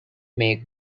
make